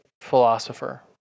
philosopher